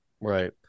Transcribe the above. right